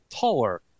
taller